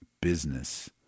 business